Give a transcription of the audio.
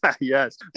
yes